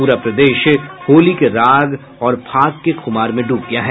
पूरा प्रदेश होली के राग और फाग के खुमार में डूब गया है